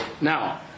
Now